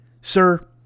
Sir